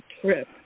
trip